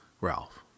Ralph